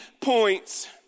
points